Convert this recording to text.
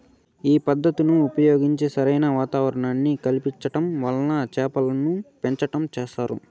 ఈ పద్ధతులను ఉపయోగించి సరైన వాతావరణాన్ని కల్పించటం వల్ల చేపలను పెంచటం చేస్తారు